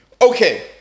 Okay